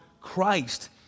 Christ